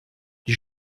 die